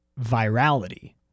virality